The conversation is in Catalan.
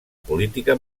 política